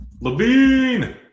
Levine